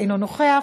אינו נוכח,